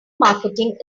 marketing